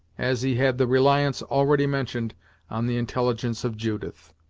as he had the reliance already mentioned on the intelligence of judith.